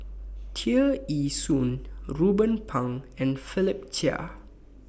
Tear Ee Soon Ruben Pang and Philip Chia